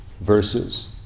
verses